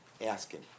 Asking